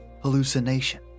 hallucination